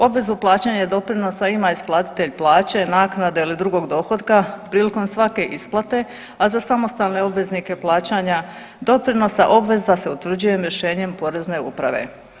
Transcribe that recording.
Obvezu plaćanju doprinosa ima isplatitelj plaće, naknade ili drugog dohotka prilikom svake isplate, a za samostalne obveznike plaćanja doprinosa obveza se utvrđuje rješenjem Porezne uprave.